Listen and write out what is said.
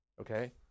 okay